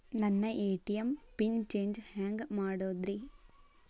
ನನ್ನ ATM PIN change ಹೆಂಗ್ ಮಾಡೋದ್ರಿ?